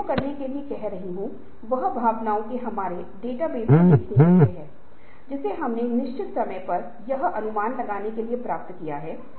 इसलिए कर्मचारियों और संगठन पर परिवर्तन के प्रभावों को स्पष्ट रूप से समझना चाहिए ताकि संगठन के सभी घटकों मे बदलाव के लिए एक तत्परता पैदा हो